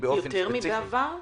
יותר מאשר בעבר?